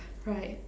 right